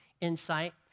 insight